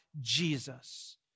Jesus